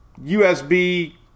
usb